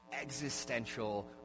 existential